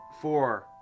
four